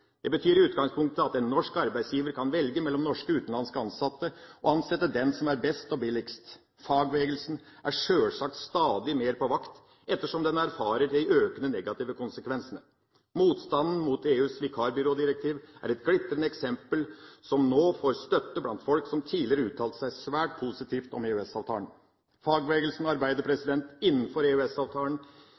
Det betyr i utgangspunktet at en norsk arbeidsgiver kan velge mellom norske og utenlandske ansatte og ansette den som er best og billigst. Fagbevegelsen er sjølsagt stadig mer på vakt ettersom den erfarer de økte negative konsekvensene. Motstanden mot EUs vikarbyrådirektiv er et glitrende eksempel. Den får nå støtte blant folk som tidligere uttalte seg svært positivt om EØS-avtalen. Fagbevegelsen arbeider – innenfor